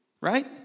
right